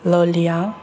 ꯂꯣꯜꯂꯤꯌꯥ